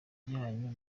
ryanyu